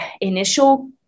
initial